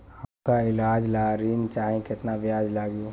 हमका ईलाज ला ऋण चाही केतना ब्याज लागी?